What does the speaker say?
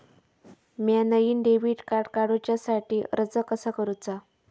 म्या नईन debit card काडुच्या साठी अर्ज कसा करूचा?